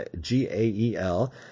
GAEL